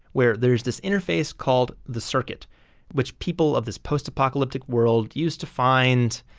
where there's this interface called the circuit which people of this post apocalyptic world used to find